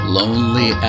lonely